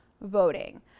voting